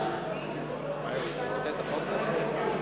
הממשלה (תיקון,